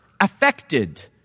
affected